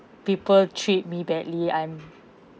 people treat me badly I'm